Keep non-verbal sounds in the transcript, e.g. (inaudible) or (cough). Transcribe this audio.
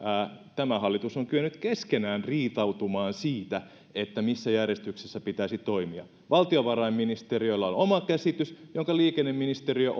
tämä hallitus on kyennyt keskenään riitautumaan siitä missä järjestyksessä pitäisi toimia valtiovarainministeriöllä on oma käsitys jonka liikenneministeriö (unintelligible)